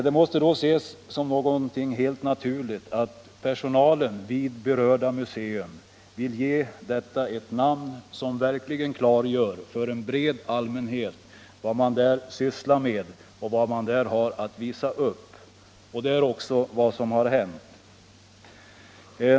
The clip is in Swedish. Det måste då ses som något helt naturligt att personalen vid berörda museum vill ge detta ett namn som för en bred allmänhet klargör vad man där sysslar med och vad man har att visa upp, och det är också vad som har hänt.